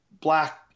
black